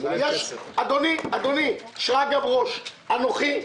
אדוני, שרגא ברוש, אנוכי,